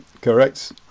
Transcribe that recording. Correct